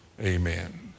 Amen